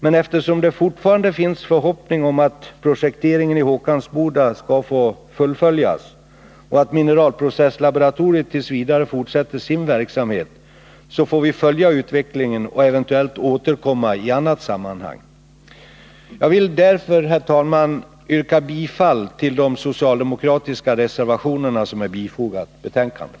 Men eftersom det fortfarande finns förhoppning om att projekteringen i Håkansboda skall få fullföljas och att Mineralprocesslaboratoriet t. v. fortsätter sin verksamhet, får vi följa utvecklingen och eventuellt återkomma i annat sammanhang. Herr talman! Jag vill yrka bifall till de socialdemokratiska reservationer som fogats till betänkandet.